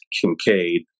Kincaid